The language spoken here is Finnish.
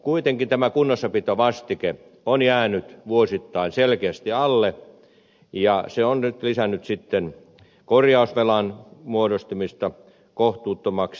kuitenkin tämä kunnossapitovastike on jäänyt vuosittain selkeästi alle ja se on nyt lisännyt sitten korjausvelan muodostumista kohtuuttomaksi